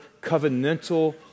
covenantal